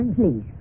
Please